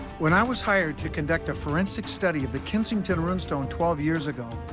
when i was hired to conduct a forensic study of the kensington rune stone twelve years ago,